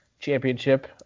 Championship